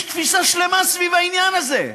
יש תפיסה שלמה סביב העניין הזה.